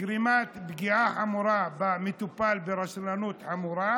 גרימת פגיעה חמורה במטופל ברשלנות חמורה